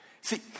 See